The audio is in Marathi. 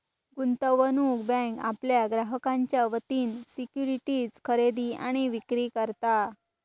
गुंतवणूक बँक आपल्या ग्राहकांच्या वतीन सिक्युरिटीज खरेदी आणि विक्री करता